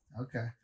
Okay